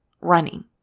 running